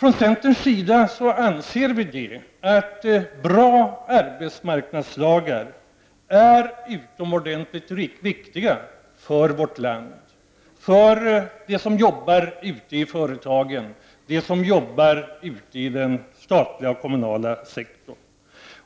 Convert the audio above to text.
Vi i centern anser att bra arbetsmarknadslagar är utomordentligt viktiga för vårt land, för dem som jobbar ute i företagen och för dem som jobbar inom den statliga eller kommunala sektorn.